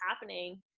happening